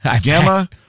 Gamma